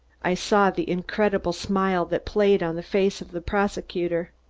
i saw the incredible smile that played on the face of the prosecutor.